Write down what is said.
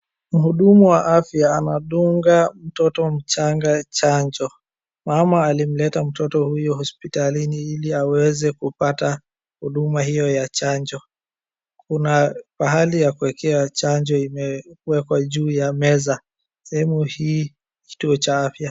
Mhudumu wa afya anadunga mtoto mchanga chanjo, mama alimleta mtoto huyo hospitalini ili aweze kupata huduma hiyo ya chanjo, kuna pahali ya kuwekea chanjo imewekwa juu ya meza. Sehemu hii kituo cha afya.